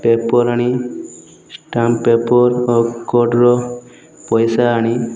paper ଆଣି stamp paper ଆଉ କୋର୍ଟର ପଇସା ଆଣି